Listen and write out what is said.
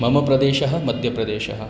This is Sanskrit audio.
मम प्रदेशः मध्यप्रदेशः